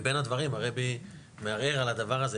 ובין הדברים הרבי מערער על הדבר הזה,